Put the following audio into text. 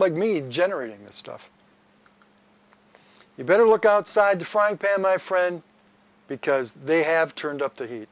like me generating this stuff you better look outside the frying pan my friend because they have turned up the heat